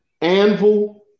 Anvil